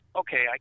okay